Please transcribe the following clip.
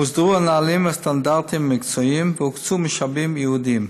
הוסדרו הנהלים והסטנדרטים המקצועיים והוקצו משאבים ייעודיים.